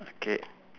okay